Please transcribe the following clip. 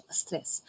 stress